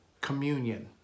communion